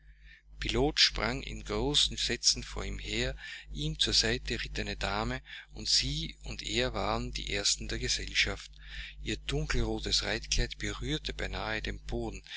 sprang in großen sätzen vor ihm her ihm zur seite ritt eine dame und sie und er waren die ersten der gesellschaft ihr dunkelrotes reitkleid berührte beinahe den boden